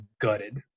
gutted